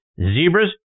Zebras